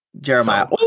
Jeremiah